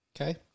okay